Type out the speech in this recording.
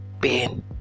Ben